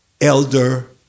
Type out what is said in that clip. elder